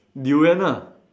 durian ah